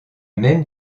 même